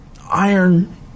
iron